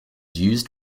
used